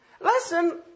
Listen